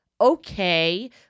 okay